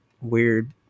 weird